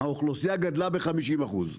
האוכלוסייה גדלה ב-50%.